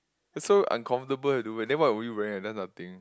so uncomfortable you don't wear then what would you wear then nothing